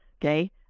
okay